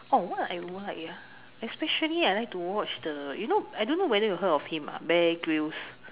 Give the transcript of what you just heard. oh what I like ah especially I like to watch the you know I don't know whether you heard of him ah bear-grylls